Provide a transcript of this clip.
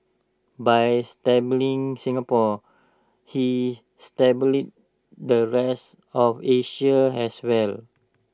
by stabilising Singapore he stabilised the rest of Asia as well